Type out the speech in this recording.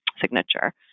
signature